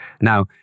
Now